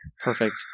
Perfect